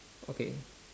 okay